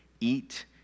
eat